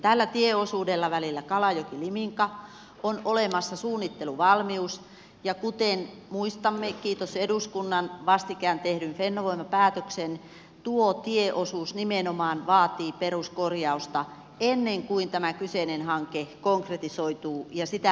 tällä tieosuudella välillä kalajokiliminka on olemassa suunnitteluvalmius ja kuten muistamme kiitos eduskunnan vastikään tekemän fennovoima päätöksen tuo tieosuus nimenomaan vaatii peruskorjausta ennen kuin tämä kyseinen hanke konkretisoituu ja sitä lähdetään rakentamaan